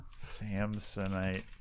Samsonite